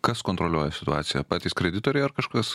kas kontroliuoja situaciją patys kreditoriai ar kažkas